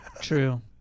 True